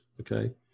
okay